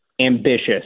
ambitious